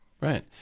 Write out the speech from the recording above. right